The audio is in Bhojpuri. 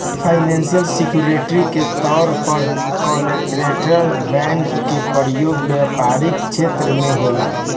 फाइनैंशल सिक्योरिटी के तौर पर कॉरपोरेट बॉन्ड के प्रयोग व्यापारिक छेत्र में होला